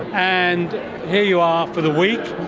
and here you are for the week,